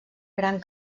gran